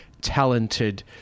Talented